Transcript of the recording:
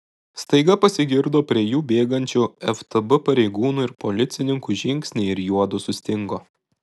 staiga pasigirdo prie jų bėgančių ftb pareigūnų ir policininkų žingsniai ir juodu sustingo